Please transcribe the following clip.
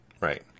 Right